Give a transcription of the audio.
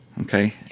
okay